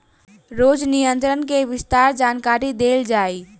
रोग नियंत्रण के विस्तार जानकरी देल जाई?